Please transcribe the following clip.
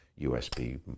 USB